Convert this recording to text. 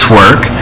work